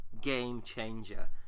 game-changer